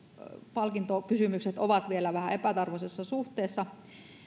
palkintokysymykset ovat vielä vähän epätasa arvoisessa suhteessa